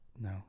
No